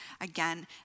again